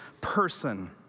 person